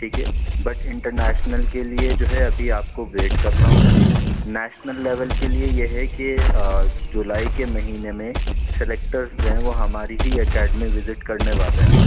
ٹھیک ہے but international کے لیے جو ہے ابھی آپ کو ویٹ کرنا ہوگا نیشنل لیول کے لیے یہ ہے کہ جولائی کے مہینے میں سلیکٹرز جو ہیں وہ ہماری ہی اکیڈمی وزٹ کرنے والے ہیں